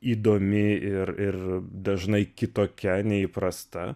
įdomi ir ir dažnai kitokia neįprasta